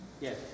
Yes